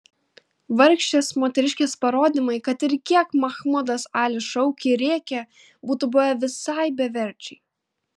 vargšės moteriškės parodymai kad ir kiek mahmudas alis šaukė ir rėkė būtų buvę visai beverčiai